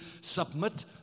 submit